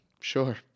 sure